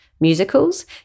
musicals